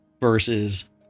versus